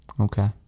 okay